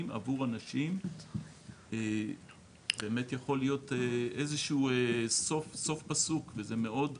עבור אנשים באמת יכול להיות סוף פסוק מסוים וזה מאוד עצוב.